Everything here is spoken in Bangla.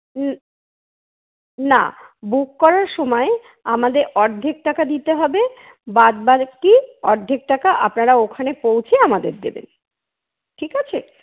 না বুক করার সময়ে আমাদের অর্ধেক টাকা দিতে হবে বাদবাকি অর্ধেক টাকা আপনারা ওখানে পৌঁছে আমাদের দেবেন ঠিক আছে